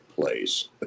place